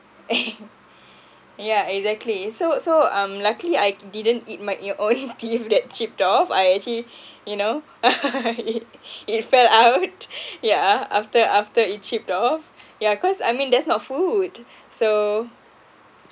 yeah exactly so so um luckily I didn't eat might your own teeth that chipped off I actually you know it it fell out yeah after after it chipped off yeah cause I mean that's not food so